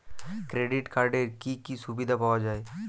Credit কার্ডের কি কি সুবিধা পাওয়া যায়?